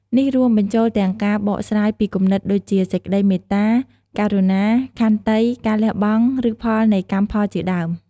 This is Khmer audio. នេះរួមបញ្ចូលទាំងការបកស្រាយពីគំនិតដូចជា សេចក្តីមេត្តា ករុណា ខន្តី ការលះបង់ ឬផលនៃកម្មផលជាដើម។